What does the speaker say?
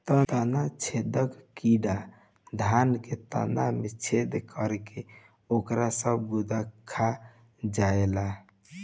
तना छेदक कीड़ा धान के तना में छेद करके ओकर सब गुदा खा जाएला